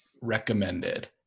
recommended